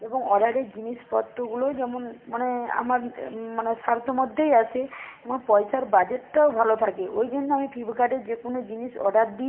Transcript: এবং অর্ডারের জিনিসপত্রগুলোও যেমন মানে আমার মানে স্বার্থ মধ্যেই আসে এবং পয়সার বাজেটটাও ভালো থাকে ওই জন্য আমি ফ্লিপকার্টে যে কোনো জিনিস অর্ডার দিই